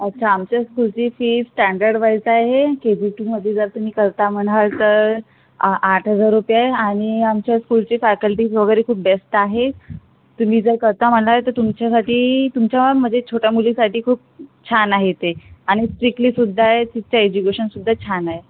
अच्छा आमच्या स्कूलची फी स्टँडर्ड वाईज आहे के जी टूमध्ये जर तुम्ही करता म्हणाल तर आठ हजार रुपये आणि आमच्या स्कूलची फॅकल्टीज वगैरे खूप बेस्ट आहे तुम्ही जर करता म्हणाल तर तुमच्यासाठी तुमच्या म्हणजे छोट्या मुलीसाठी खूप छान आहे ते आणि स्ट्रीटली सुद्धा आहे तिचं एज्युकेशन सुद्धा छान आहे